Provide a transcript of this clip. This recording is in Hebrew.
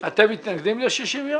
אתם מתנגדים ל-60 יום?